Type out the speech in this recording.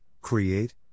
create